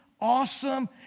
awesome